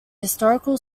historical